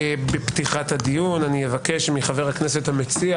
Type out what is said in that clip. בפתיחת הדיון אבקש מחבר הכנסת המציע